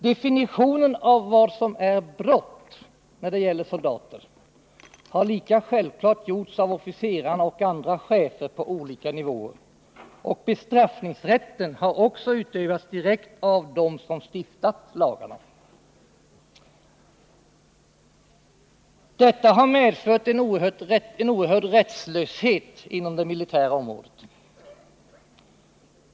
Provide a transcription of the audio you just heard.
Definitionen av vad som är brott när det gäller soldater har lika självklart gjorts av officerarna och andra chefer på olika nivåer och bestraffningsrätten har också utövats direkt av dem som stiftat Detta har medfört en oerhörd rättslöshet inom det militära området.